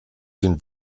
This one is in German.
den